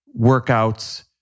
workouts